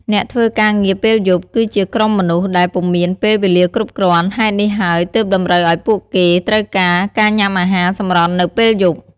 អ្នកធ្វើការងារពេលយប់ គឺជាក្រុមមនុស្សដែលពុំមានពេលវេលាគ្រប់គ្រាន់ ហេតុនេះហើយទើបតម្រូវឲ្យពួកគេត្រូវការ ការញ៊ាំអាហារសម្រន់នៅពេលយប់។